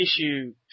issue